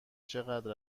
چقدر